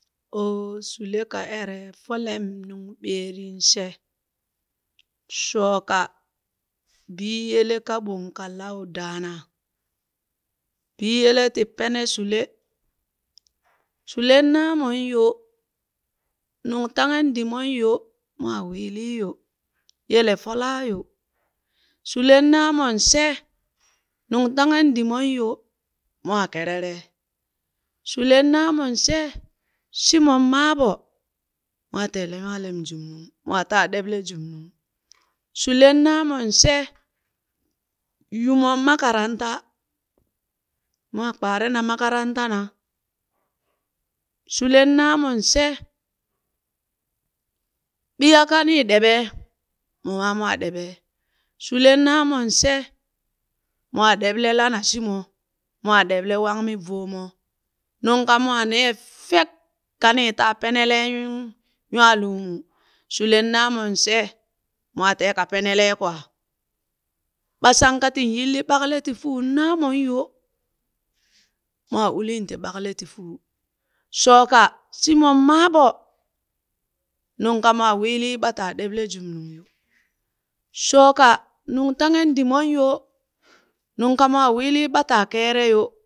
Oh shule ka ere folem nung ɓeerin she, Shooka biyele kaɓon kalua daana, biyele ti pene shule, shulen naamon yo, nungtanghen dimon yo, mwaa wiili yo, yele folaa yo, shulen naamon she, nungtaahen dimon yo, mwaa kerere, shulen naamon she, Shimon maaɓo, mwaa teele nywaalem jumnung mwaa ta ɗeɓle jumnung, shulen naamon she, yumon makaranta, mwaa kpaarena makatanta na, shulen naamon she ɓiya kanii ɗeɓe, momaa mwaa ɗeɓe. shulen naamon she mwaa ɗeɓle lana shimo mwaa ɗeɓle wangmi voomo, nungka mwaa nee fek kanii taa penelen nywaa lumu, shulen naamon she, mwaa taa ka penelee kwaa. Ɓa shanka tin yilli ɓakle ti fuu naamon yoo, mwaa ulin ti ɓakle ti fuu shooka shimon maa ɓo, nung ka mwaa wiili ɓa taa ɗeɓle jumnung yo, shooka nungtaghen dimon yo, nung ka mwaa wiili ɓa taa kere yoo